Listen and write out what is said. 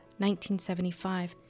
1975